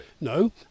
No